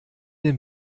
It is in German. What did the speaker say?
den